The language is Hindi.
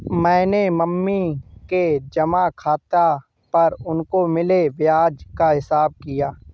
मैंने मम्मी के जमा खाता पर उनको मिले ब्याज का हिसाब किया